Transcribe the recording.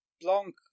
Blanc